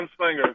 gunslinger